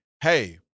hey